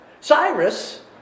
Cyrus